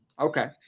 Okay